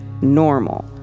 normal